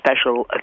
special